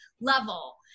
level